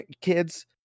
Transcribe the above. kids